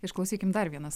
išklausykim dar vienas